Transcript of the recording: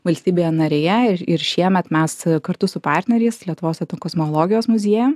valstybėje narėje ir ir šiemet mes kartu su partneriais lietuvos etnokosmologijos muziejum